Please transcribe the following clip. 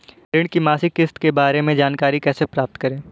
ऋण की मासिक किस्त के बारे में जानकारी कैसे प्राप्त करें?